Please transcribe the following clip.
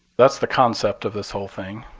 that's the concept of this whole thing.